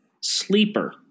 Sleeper